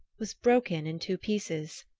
was broken in two pieces.